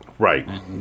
Right